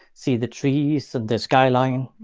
see the trees, the skyline,